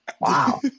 Wow